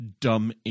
Dumb